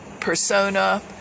persona